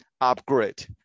upgrade